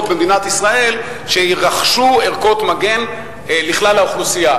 במדינת ישראל שירכשו ערכות מגן לכלל האוכלוסייה,